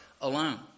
alone